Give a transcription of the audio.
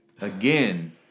again